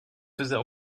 faisait